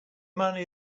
money